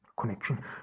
connection